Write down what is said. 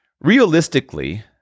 Realistically